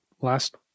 last